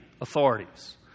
authorities